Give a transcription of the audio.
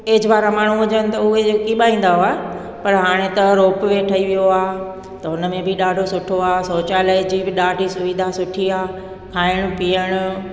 age वारा माण्हू हुजनि त उए यकी मां ईंदव पर हाणे त रोपवे ठही वियो आहे त हुन में बि ॾाढो सुठो आहे सौचालय जी बि ॾाढी सुविधा सुठी आहे खाइणु पीअणु